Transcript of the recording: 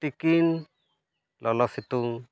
ᱛᱤᱠᱤᱱ ᱞᱚᱞᱚ ᱥᱤᱛᱩᱝ